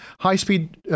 high-speed